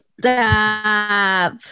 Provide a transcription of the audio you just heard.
Stop